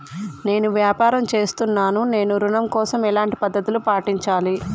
నేను వ్యాపారం చేస్తున్నాను నేను ఋణం కోసం ఎలాంటి పద్దతులు పాటించాలి?